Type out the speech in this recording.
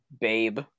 Babe